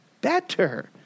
better